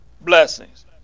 blessings